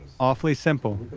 awfully simple.